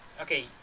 Okay